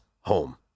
home